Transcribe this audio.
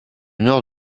nord